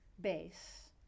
base